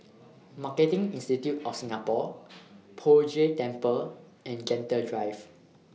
Marketing Institute of Singapore Poh Jay Temple and Gentle Drive